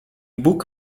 bóg